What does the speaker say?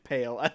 Pale